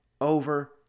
over